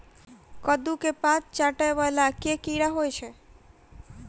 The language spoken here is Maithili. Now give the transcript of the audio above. कद्दू केँ पात चाटय वला केँ कीड़ा होइ छै?